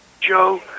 Joe